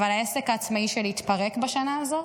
אבל העסק העצמאי שלי התפרק בשנה הזאת,